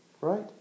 right